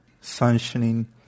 sanctioning